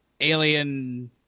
alien